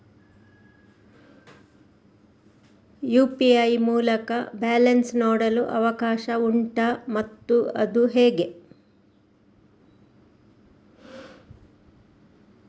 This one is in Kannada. ಯು.ಪಿ.ಐ ಮೂಲಕ ಬ್ಯಾಲೆನ್ಸ್ ನೋಡಲು ಅವಕಾಶ ಉಂಟಾ ಮತ್ತು ಅದು ಹೇಗೆ?